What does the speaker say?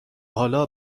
حالا